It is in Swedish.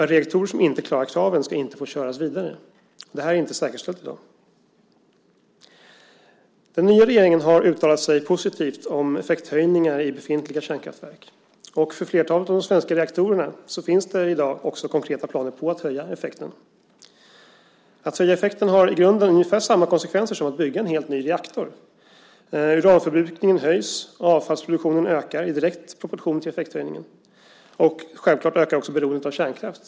En reaktor som inte klarar kraven ska inte få köras vidare. Det är inte säkerställt i dag. Den nya regeringen har uttalat sig positivt om effekthöjningar i befintliga kärnkraftverk. För flertalet av de svenska reaktorerna finns det i dag också konkreta planer på att höja effekten. Att höja effekten får i grunden ungefär samma konsekvenser som att bygga en helt ny reaktor. Uranförbrukningen höjs och avfallsproduktionen ökar i direkt proportion till effekthöjningen och självklart också beroendet av kärnkraft.